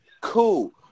cool